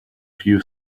few